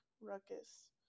ruckus